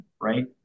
right